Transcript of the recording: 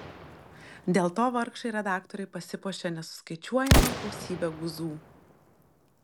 dėl to vargšai redaktoriai pasipuošė nesuskaičiuojama gausybe guzų